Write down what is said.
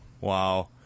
wow